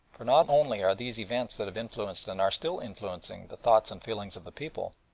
for not only are these events that have influenced and are still influencing the thoughts and feelings of the people,